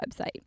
website